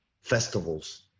Festivals